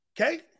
Okay